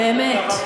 באמת.